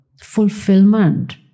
fulfillment